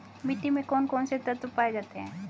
मिट्टी में कौन कौन से तत्व पाए जाते हैं?